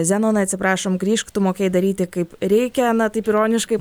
zenonai atsiprašom grįžk tu mokėjai daryti kaip reikia na taip ironiškai